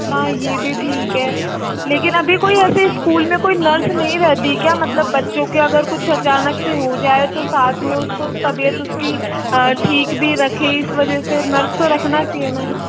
हाँ ये भी ठीक है लेकिन अभी कोई ऐसे स्कूल में कोई नर्स नहीं रहती है क्या मतलब बच्चों के अगर कुछ अचानक से हो जाये तो साथ में उसको तबियत उसकी ठीक भी रखें इस वजह से नर्स तो रखना चाहिए ना